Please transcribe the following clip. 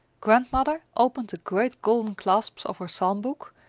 grandmother opened the great golden clasps of her psalm book,